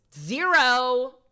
Zero